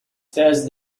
first